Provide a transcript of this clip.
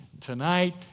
tonight